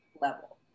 level